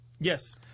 Yes